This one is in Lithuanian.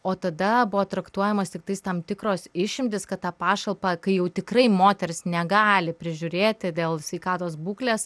o tada buvo traktuojamos tiktais tam tikros išimtys kad tą pašalpą kai jau tikrai moteris negali prižiūrėti dėl sveikatos būklės